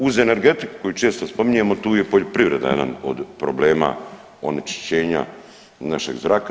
Uz energetiku koju često spominjemo, tu je i poljoprivreda jedan od problema onečišćenja našeg zraka.